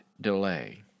delay